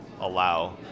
allow